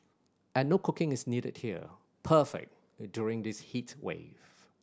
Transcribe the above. and no cooking is needed here perfect during this heat wave